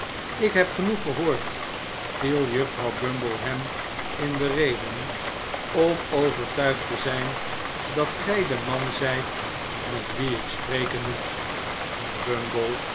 ik heb genoeg gehoord viel juffrouw bumble hem in de rede om overtuigd te zijn dat gij de man zijt met wien ik spreken moet